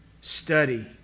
study